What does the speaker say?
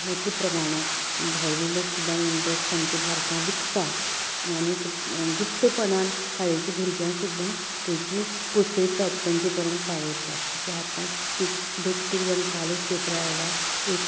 मोटी प्रमाणांत भायले लोक येवन सुद्दां ड्रग्स आमचे भारतांत विकतात आनीक गुप्तपणान शाळेची भुरग्यांक सुद्दां तेजी पोचयतात तेंचे पर्यंत पावयतात तशेंच आतां तीग दोग तीग जर कालूच पेपरार आयला एक